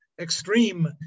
extreme